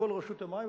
לבוא לרשות המים,